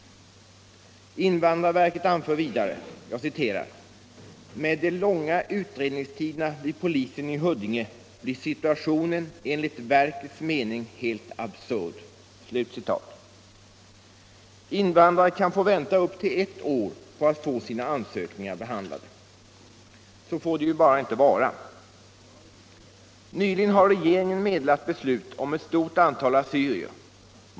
Invandrarverket anför vidare: ”Med de långa utredningstiderna vid polisen i Huddinge blir situationen enligt verkets mening helt absurd.” Invandrare kan få vänta upp till ett år på att deras ansökningar skall bli behandlade. Så får det ju bara inte vara. Nyligen har regeringen meddelat beslut om ett stort antal assyrier.